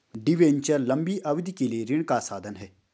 debenture लंबी अवधि के लिए ऋण का साधन है